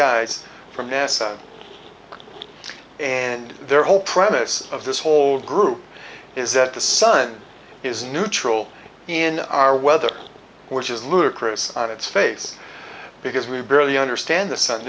guys from nasa and their whole premise of this whole group is that the sun is neutral in our weather which is ludicrous on its face because we barely understand th